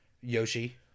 Yoshi